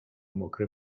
mokre